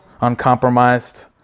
Uncompromised